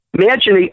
Imagine